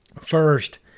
first